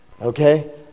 okay